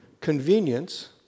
convenience